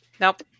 Nope